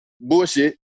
bullshit